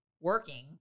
working